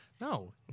No